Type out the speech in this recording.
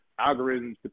algorithms